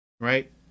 Right